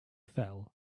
fell